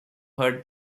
her